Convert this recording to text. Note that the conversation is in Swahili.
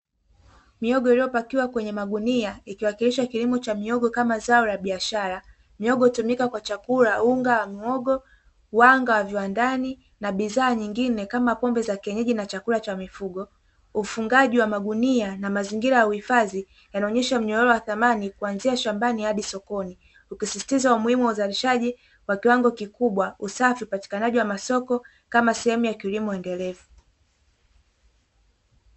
Mihogo liliyopakiwa kwenye magunia ikiwakilisha kilimo cha miogo kama zao la biashara. Miogo hutumika kwa chakula, unga wa miogo, wanga wa viwandani, na bidhaa nyingine kama pombe za kienyeji na chakula cha mifugo. Ufungaji wa magunia na mazingira ya uhifadhi yanaonyesha mnyororo wa thamani kuanzia shambani hadi sokoni. Ukisisitiza umuhimu wa uzalishaji wa kiwango kikubwa, usafi, upatikanaji wa masoko kama sehemu ya kilimo endelevu.